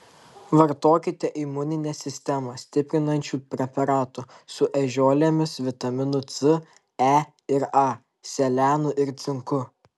vartokite imuninę sistemą stiprinančių preparatų su ežiuolėmis vitaminu c e ir a selenu ir cinku